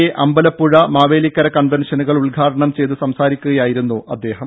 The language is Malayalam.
എ അമ്പലപ്പുഴ മാവേലിക്കര കൺവൻഷനുകൾ ഉദ്ഘാടനം ചെയ്ത് സംസാരിക്കുകയായിരുന്നു അദ്ദേഹം